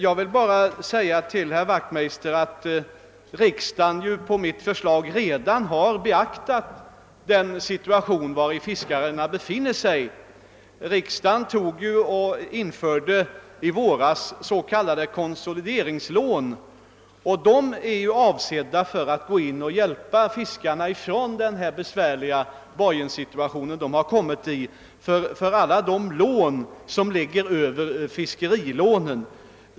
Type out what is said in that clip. Herr talman! Riksdagen har på mitt förslag, herr Wachtmeister, beaktat den situation i vilken fiskarna befinner sig. I våras införde ju riksdagen s.k. konsolideringslån, och dessa är avsedda att sättas in för att hjälpa fiskarna ur den besvärliga borgenssituation de kommit i när det gäller alla de lån som ligger över fiskerilånen.